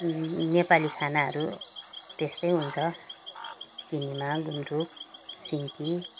नेपाली खानाहरू त्यस्तै हुन्छ किनेमा गुन्द्रुक सिन्की